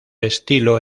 estilo